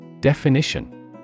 Definition